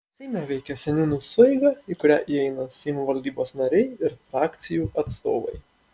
seime veikia seniūnų sueiga į kurią įeina seimo valdybos nariai ir frakcijų atstovai